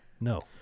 no